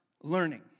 learning